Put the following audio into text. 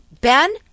Ben